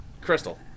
Crystal